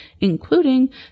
including